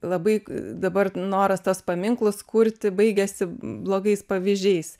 labai dabar noras tuos paminklus kurti baigiasi blogais pavyzdžiais